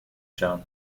shown